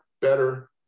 better